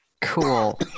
Cool